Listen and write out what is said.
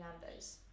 Nando's